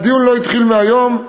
הדיון לא התחיל היום,